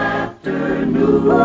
afternoon